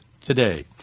today